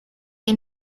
que